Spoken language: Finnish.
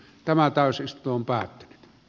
tämä täysistuntoa